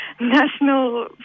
national